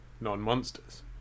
non-monsters